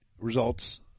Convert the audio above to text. results